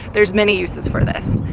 there's many uses for this.